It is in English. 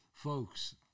Folks